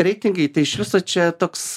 reitingai tai iš viso čia toks